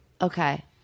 Okay